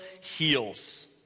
heals